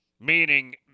meaning